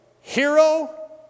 hero